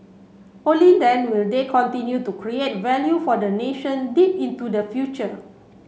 only then will they continue to create value for the nation deep into the future